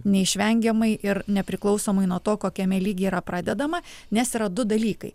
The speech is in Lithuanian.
neišvengiamai ir nepriklausomai nuo to kokiame lygyje yra pradedama nes yra du dalykai